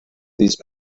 these